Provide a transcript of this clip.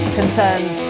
concerns